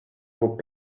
vos